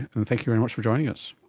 and thank you very much for joining us.